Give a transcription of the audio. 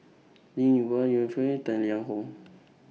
Linn in Hua Yong Foong Tang Liang Hong